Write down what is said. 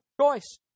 choice